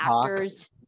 actors